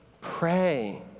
Pray